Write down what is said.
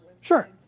Sure